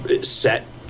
set